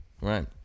Right